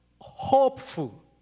hopeful